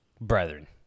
brethren